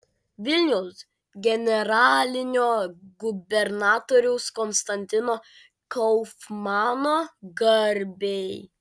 vilniaus generalinio gubernatoriaus konstantino kaufmano garbei